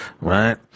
right